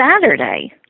Saturday